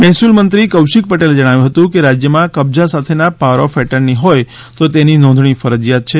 મહેસૂલ મંત્રી કૌશિક પટેલે જણાવ્યું હતું કે રાજ્યમાં કબજા સાથેના પાવર ઓફ એટર્ની હોય તો તેની નોંધણી ફરજિયાત છે